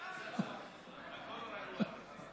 הכול רגוע.